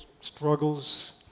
struggles